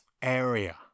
Area